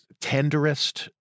tenderest